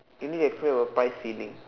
you need to explain about price ceiling